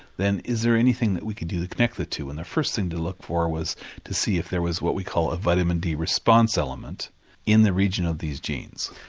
then is there anything that we can do to connect the two'? and the first thing to look for was to see if there was what we call a vitamin d response element in the region of these genes.